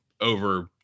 over